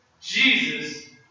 Jesus